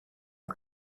aux